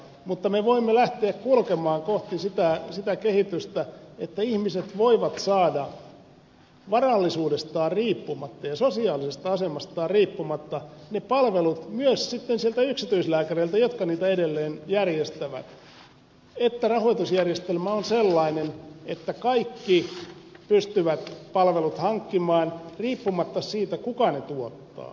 mutta me voimme lähteä kulkemaan kohti sitä kehitystä että ihmiset voivat saada varallisuudestaan riippumatta ja sosiaalisesta asemastaan riippumatta ne palvelut myös sitten sieltä yksityislääkäreiltä jotka niitä edelleen järjestävät ja että rahoitusjärjestelmä on sellainen että kaikki pystyvät palvelut hankkimaan riippumatta siitä kuka ne tuottaa